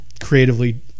creatively